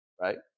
Right